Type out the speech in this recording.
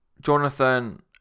Jonathan